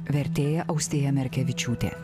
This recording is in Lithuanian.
vertėja austėja merkevičiūtė